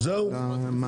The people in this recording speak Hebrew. דבר שני, עניין